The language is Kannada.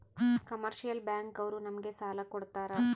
ಕಮರ್ಷಿಯಲ್ ಬ್ಯಾಂಕ್ ಅವ್ರು ನಮ್ಗೆ ಸಾಲ ಕೊಡ್ತಾರ